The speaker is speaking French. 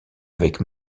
avec